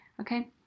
okay